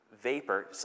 vapor